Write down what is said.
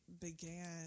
began